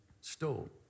stole